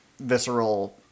visceral